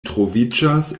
troviĝas